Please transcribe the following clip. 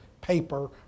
paper